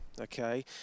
okay